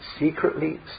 secretly